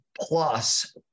Plus